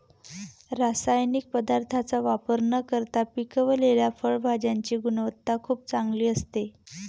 रासायनिक पदार्थांचा वापर न करता पिकवलेल्या फळभाज्यांची गुणवत्ता खूप चांगली असते